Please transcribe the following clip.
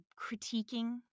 critiquing